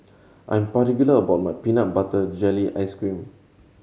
I am particular about my peanut butter jelly ice cream